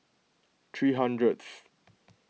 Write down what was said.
three hundredth